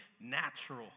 natural